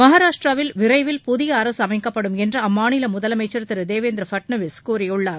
மகாராஷ்டிராவில் விரைவில் புதிய அரசு அமைக்கப்படும் என்று அம்மாநில முதலமைச்சர் திரு தேவேந்திர ஃபட்னவிஸ் கூறியுள்ளார்